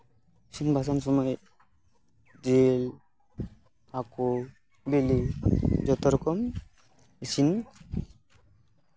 ᱤᱥᱤᱱ ᱵᱟᱥᱟᱝ ᱥᱚᱢᱚᱭ ᱡᱤᱞ ᱦᱟᱹᱠᱩ ᱵᱤᱞᱤ ᱡᱚᱛᱚᱨᱚᱠᱚᱢ ᱤᱥᱤᱱ